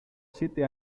siete